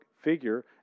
figure